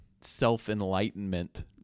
self-enlightenment